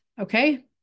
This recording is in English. okay